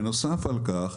בנוסף על כך,